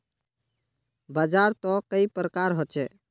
बाजार त कई प्रकार होचे?